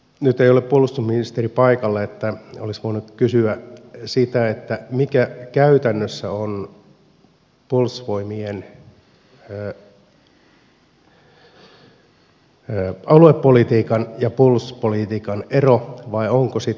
nyt ei ole puolustusministeri paikalla niin että olisi voinut kysyä sitä mikä käytännössä on puolustusvoimien aluepolitiikan ja puolustuspolitiikan ero vai onko sitä